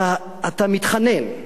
אתה מתחנן,